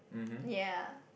ya